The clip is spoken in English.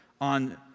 On